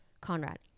Conrad